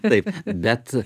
taip bet